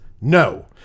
no